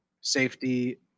safety